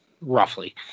roughly